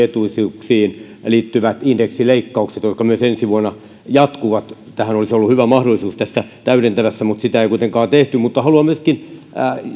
etuisuuksiin liittyvät indeksileikkaukset jotka myös ensi vuonna jatkuvat tähän olisi ollut hyvä mahdollisuus tässä täydentävässä mutta sitä ei kuitenkaan tehty mutta haluan myöskin